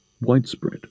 widespread